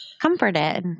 Comforted